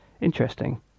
interesting